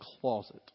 closet